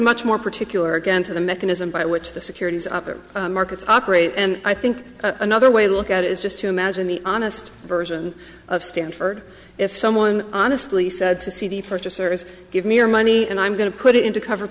much more particular again to the mechanism by which the securities other markets operate and i think another way to look at it is just to imagine the honest version of stanford if someone honestly said to cd purchasers give me your money and i'm going to put it into covered